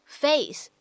face